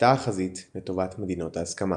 נטתה החזית לטובת מדינות ההסכמה.